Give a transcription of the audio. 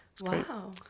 Wow